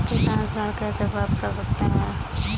किसान ऋण कैसे प्राप्त कर सकते हैं?